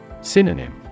Synonym